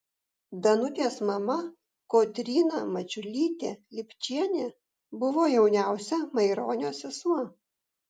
danutės mama kotryna mačiulytė lipčienė buvo jauniausia maironio sesuo